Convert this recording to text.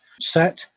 set